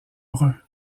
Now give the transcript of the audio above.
brun